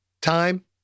Time